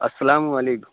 السلام علیکم